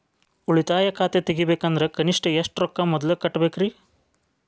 ಉಳಿತಾಯ ಖಾತೆ ತೆಗಿಬೇಕಂದ್ರ ಕನಿಷ್ಟ ಎಷ್ಟು ರೊಕ್ಕ ಮೊದಲ ಕಟ್ಟಬೇಕ್ರಿ?